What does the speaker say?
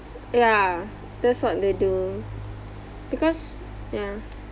ya that's what they do because ya